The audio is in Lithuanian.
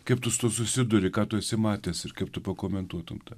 kaip tu su tuo susiduri ką tu esi matęs ir kaip tu pakomentuotum tai